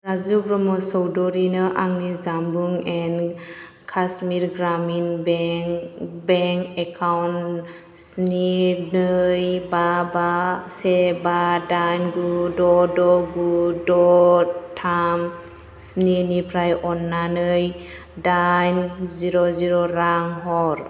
राजु ब्रह्म चौधुरिनो आंनि Jammu and Kashmir Gramin bank account स्नि नै बा बा से बा दाइन गु द' गु द' थाम स्निनिफ्राय अन्नानै दाइन जिर' जिर' रां हर